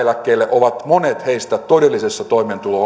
aikoinaan eläkkeelle monet ovat todellisessa toimeentulo